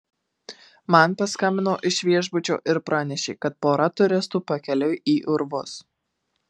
man paskambino iš viešbučio ir pranešė kad pora turistų pakeliui į urvus